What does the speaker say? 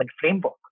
framework